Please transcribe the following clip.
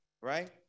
right